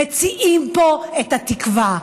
מציעים פה את התקווה,